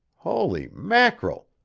holy mackerel!